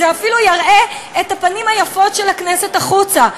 זה אפילו יראה את הפנים היפות של הכנסת החוצה.